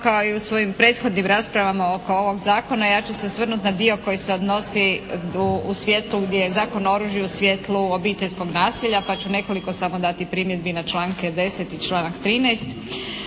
kao i u svojim prethodnim raspravama oko ovog zakona ja ću se osvrnuti na dio koji se odnosi u svijetu gdje je Zakon o oružju u svjetlu obiteljskog nasilja pa ću nekoliko samo dati primjedbi na članke 10. i članak 13.